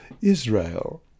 Israel